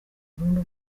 burundu